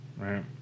right